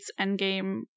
endgame